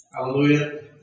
Hallelujah